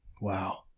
Wow